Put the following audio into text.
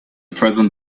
present